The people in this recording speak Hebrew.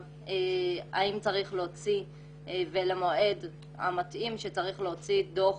האם צריך להוציא והמועד מתאים שצריך להוציא דוח